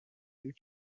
you